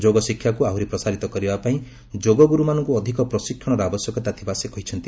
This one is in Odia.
ଯୋଗଶିକ୍ଷାକୁ ଆହୁରି ପ୍ରସାରିତ କରିବା ପାଇଁ ଯୋଗଗୁରୁମାନଙ୍କୁ ଅଧିକ ପ୍ରଶିକ୍ଷଣର ଆବଶ୍ୟକତା ରହିଥିବା ସେ କହିଚ୍ଛନ୍ତି